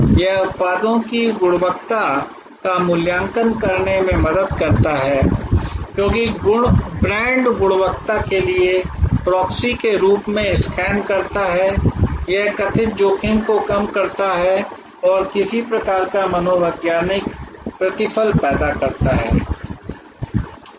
यह उत्पादों की गुणवत्ता का मूल्यांकन करने में मदद करता है क्योंकि ब्रांड गुणवत्ता के लिए प्रॉक्सी के रूप में स्कैन करता है यह कथित जोखिम को कम करता है और किसी प्रकार का मनोवैज्ञानिक प्रतिफल पैदा करता है